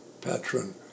patron